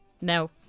No